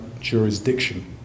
jurisdiction